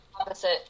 opposite